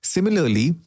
Similarly